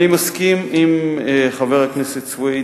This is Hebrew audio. אני מסכים עם חבר הכנסת סוייד